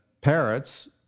parrots